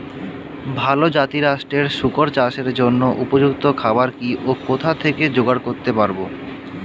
ভালো জাতিরাষ্ট্রের শুকর চাষের জন্য উপযুক্ত খাবার কি ও কোথা থেকে জোগাড় করতে পারব?